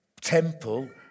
temple